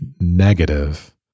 negative